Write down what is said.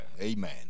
Amen